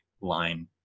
line